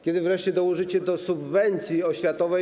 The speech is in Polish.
Kiedy wreszcie dołożycie do subwencji oświatowej?